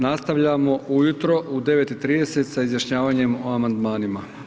Nastavljamo ujutro u 9,30 sa izjašnjavanjem o amandmanima.